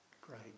great